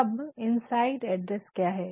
तो अब inside address क्या है